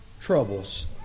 troubles